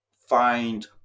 find